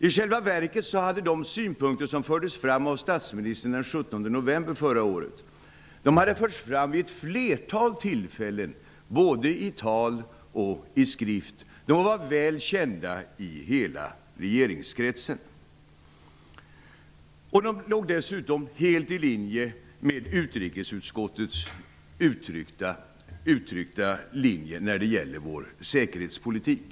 I själva verket hade de synpunkter som fördes fram av statsministern den 17 november framförts vid ett flertal tillfällen, både i tal och i skrift. De var väl kända i hela regeringskretsen, och de låg dessutom helt i linje med den uppfattning utrikesutskottet uttryckt när det gäller vår säkerhetspolitik.